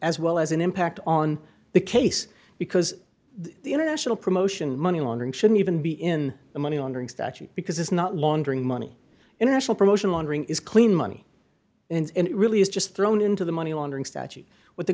as well as an impact on the case because the international promotion money laundering shouldn't even be in the money laundering statute because it's not laundering money international promotion laundering is clean money and it really is just thrown into the money laundering statute what the